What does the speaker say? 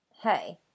Hey